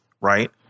right